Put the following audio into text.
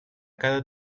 cada